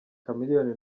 chameleone